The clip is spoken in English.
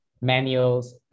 manuals